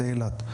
לאילת.